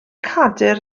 cadair